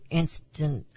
instant